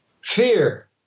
fear